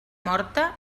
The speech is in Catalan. morta